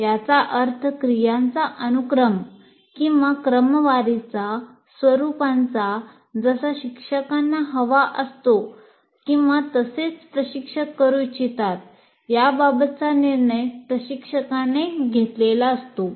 याचा अर्थ क्रियांचा अनुक्रम किंव्हा क्रमवारीचा स्वरूपाचा जसा शिक्षकांना हवा असतो किंवा जसे प्रशिक्षक करू इच्छितात याबाबतचा निर्णय प्रशिक्षकांने घेतलेला असतो